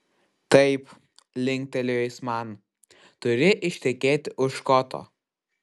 taip linktelėjo jis man turi ištekėti už škoto